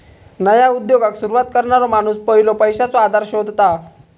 नया उद्योगाक सुरवात करणारो माणूस पयलो पैशाचो आधार शोधता